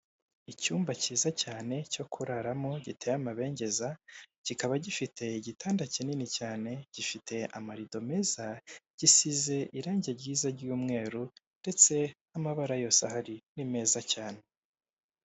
Icyumba cyiza cyane cyo kuraramo giteye amabengeza kikaba gifite igitanda kinini cyane, gifite amarido meza, gisize irangi ryiza ry'umweru ndetse n'amabara yose ahari ni meza cyane.